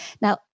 Now